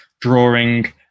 drawing